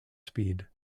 speed